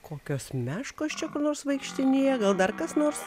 kokios meškos čia kur nors vaikštinėja gal dar kas nors